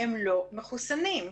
לא מחוסנים.